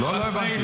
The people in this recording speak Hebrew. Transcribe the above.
--- לא, לא הבנתי.